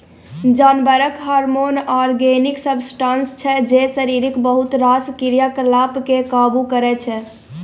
जानबरक hormone organic substance छै जे शरीरक बहुत रास क्रियाकलाप केँ काबु करय छै